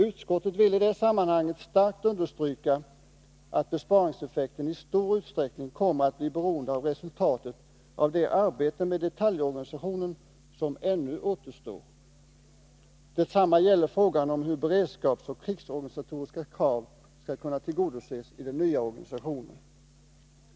Utskottet vill i det sammanhanget starkt understryka att besparingseffekten i stor utsträckning kommer att bli beroende av resultatet av det arbete med detaljorganisationen som ännu återstår. Detsamma gäller frågan om hur beredskapsoch krigsorganisatoriska krav skall kunna tillgodoses i den nya organisationen.